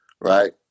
right